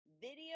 Video